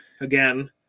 again